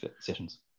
sessions